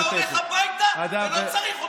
אתה הולך הביתה ולא צריך אתכם.